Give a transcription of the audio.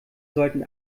sollten